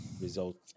result